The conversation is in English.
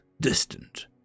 distant